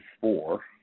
four